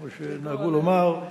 כמו שנהגו לומר,